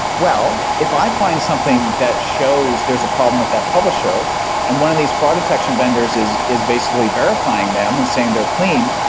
well, if i find something that shows there's a problem with that publisher and one of these fraud detection vendors is is basically verifying them and saying they're clean,